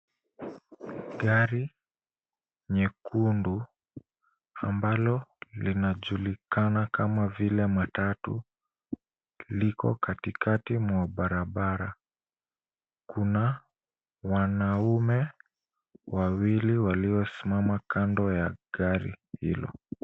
Gari nyekundu ambalo linajulikana kama vile matatu liko katikati mwa barabara. Kuna wanaume wawili waliosimama kando ya gari hilo.